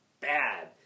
bad